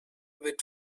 bit